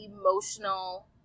emotional